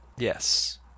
Yes